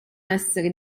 essere